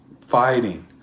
fighting